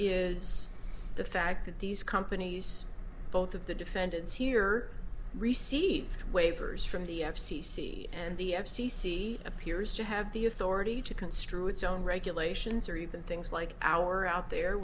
is the fact that these companies both of the defendants here received waivers from the f c c and the f c c appears to have the authority to construe its own regulations or even things like our out there